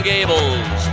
Gables